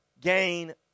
gain